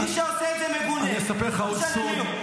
מי שעושה את זה מגונה, לא משנה מי הוא.